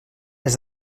les